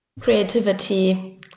creativity